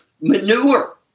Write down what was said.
manure